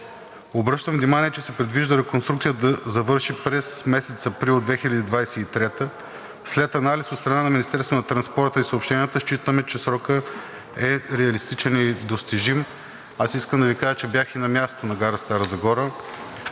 Обръщам внимание, че се предвижда реконструкцията да завърши през месец април 2023 г. След анализ на Министерството на транспорта и съобщенията считаме, че срокът е реалистичен и достижим. Аз искам да Ви кажа, че бях и на място на гара Стара Загора.